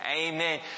amen